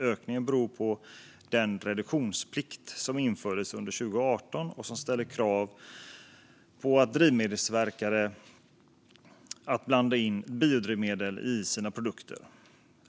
Ökningen beror på den reduktionsplikt som infördes under 2018 och som ställer krav på drivmedelstillverkare att blanda in biodrivmedel i sina produkter.